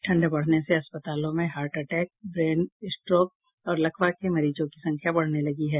ठंड बढ़ने से अस्पतालों में हार्ट अटैक ब्रेन स्ट्रोक और लकवा के मरीजों की संख्या बढ़ने लगी है